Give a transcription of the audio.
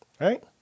Right